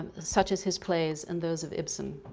such as his plays and those of ibsen.